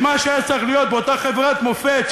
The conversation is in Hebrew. את מה שהיה צריך להיות באותה חברת מופת,